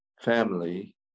family